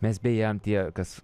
mes beje tie kas